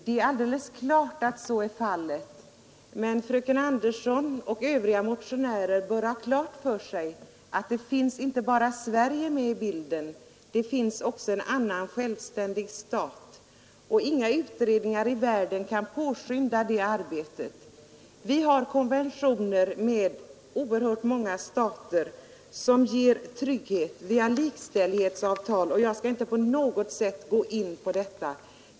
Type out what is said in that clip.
Det är alldeles klart att så är fallet, men fröken Anderson och övriga motionärer bör tänka på att i bilden finns inte bara Sverige, utan där finns med också en annan självständig stat, och att inga utredningar i världen kan påskynda det arbetet. Med oerhört många stater har vi konventioner som ger trygghet, och vi har likställighetsavtal. Jag skall emellertid inte på något sätt gå in på detta nu.